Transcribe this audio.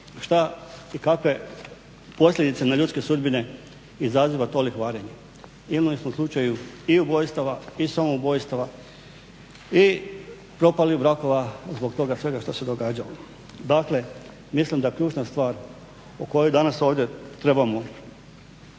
što i kakve posljedice na ljudske sudbine izaziva to lihvarenje. Imali smo slučajeve i ubojstava i samoubojstava i propalih brakova zbog toga svega što se događalo. Dakle, mislim da ključna stvar o kojoj danas ovdje trebamo